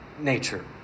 nature